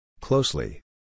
Closely